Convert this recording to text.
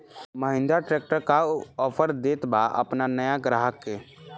Mahindra tractor का offer देत बा अपना नया ग्राहक के?